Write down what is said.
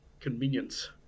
convenience